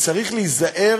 וצריך להיזהר